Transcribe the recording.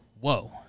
whoa